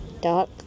dark